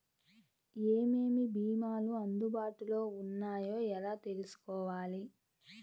ఏమేమి భీమాలు అందుబాటులో వున్నాయో ఎలా తెలుసుకోవాలి?